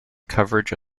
coverage